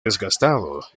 desgastado